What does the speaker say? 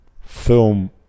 film